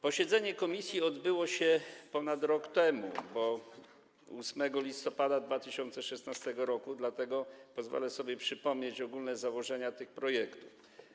Posiedzenie komisji odbyło się ponad rok temu, bo 8 listopada 2016 r., dlatego pozwolę sobie przypomnieć ogólne założenia tych projektów.